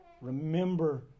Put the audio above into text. Remember